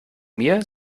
mir